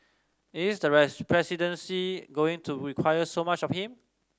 is the presidency going to require so much of him